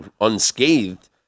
unscathed